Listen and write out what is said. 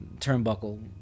turnbuckle